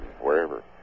wherever